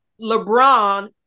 LeBron